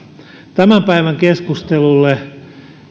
tämän päivän keskustelulle